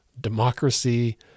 democracy